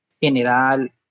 general